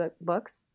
books